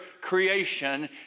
creation